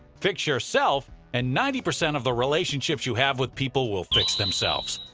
fix yourself, and ninety percent of the relationships you have with people will fix themselves.